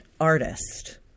artist